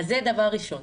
זה דבר ראשון.